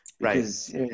right